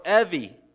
Evie